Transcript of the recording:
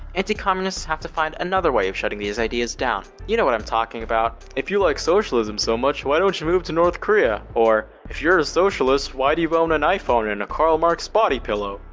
anti-communists have to find another way of shutting these ideas down. you know what i'm talking about, if you like socialism so much, why don't you move to north korea? or, if you're a socialist, why do you own an iphone and a karl marx body pillow?